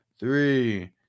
Three